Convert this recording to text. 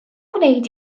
gwneud